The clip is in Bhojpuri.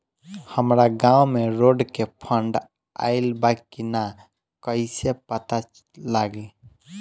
हमरा गांव मे रोड के फन्ड आइल बा कि ना कैसे पता लागि?